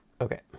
Okay